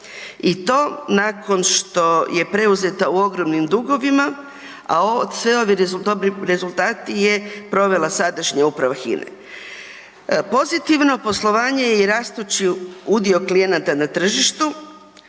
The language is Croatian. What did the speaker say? i to nakon što je preuzeta u ogromnim dugovima, a sve ovi dobri rezultati je provela sadašnja uprava Hine. Pozitivno poslovanje i rastući udio klijenata na tržištu,